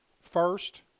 first